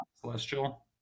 celestial